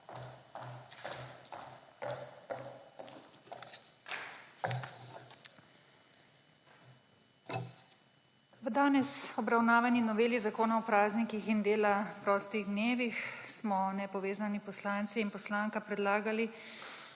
V danes obravnavani noveli Zakona o praznikih in dela prostih dnevih smo nepovezana poslanca in poslanka predlagali,